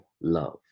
love